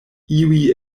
iuj